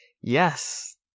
Yes